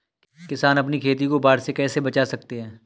किसान अपनी खेती को बाढ़ से कैसे बचा सकते हैं?